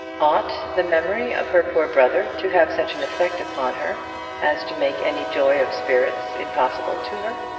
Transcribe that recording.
ought the memory of her poor brother to have such an effect upon her as to make any joy of spirits impossible to her?